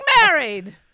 married